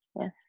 Yes